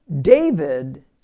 David